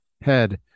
head